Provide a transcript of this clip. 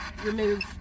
Remove